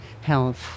health